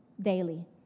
daily